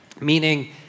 meaning